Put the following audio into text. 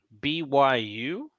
BYU